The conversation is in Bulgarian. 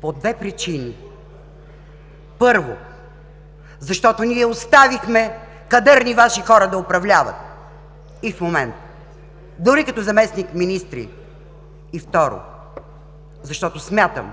по две причини. Първо, защото ние оставихме кадърни Ваши хора да управляват и в момента дори като заместник-министри. Второ, защото смятам,